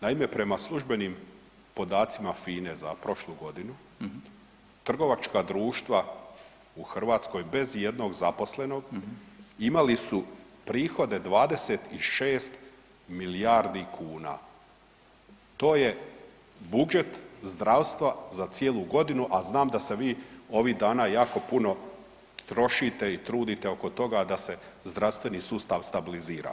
Naime, prema službenim podacima FINA-e za prošlu godinu trgovačka društva u Hrvatskoj bez ijednog zaposlenog imali su prihode 26 milijardi kuna, to je budžet zdravstva za cijelu godinu, a znam da se vi ovih dana jako puno trošite i trudite oko toga da se zdravstveni sustav stabilizira.